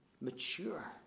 mature